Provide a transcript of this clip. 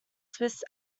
swiss